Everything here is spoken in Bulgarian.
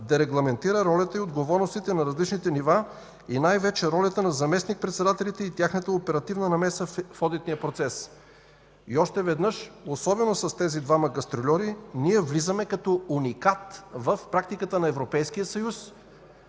да регламентира ролята и отговорностите на различните нива и най-вече ролята на заместник-председателите и тяхната оперативна намеса в одитния процес. И още веднъж, особено с тези двама гастрольори ние влизаме като уникат в практиката на Европейския съюз.